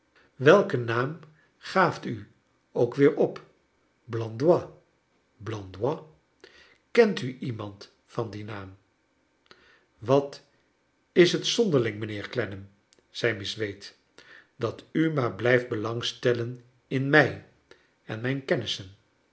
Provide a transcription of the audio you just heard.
welken naam gaaft u ook weer op blandois blandois kent u remand van dien naam wat is het zonderling mijnheer clennam zei miss wade dat u maar blijft belang stellen in mi en mijn kennissen